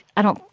i don't.